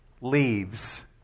leaves